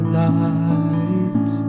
light